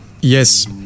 Yes